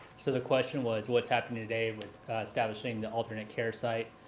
so the question was, what's happening today with establishing the alternate care site.